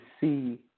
see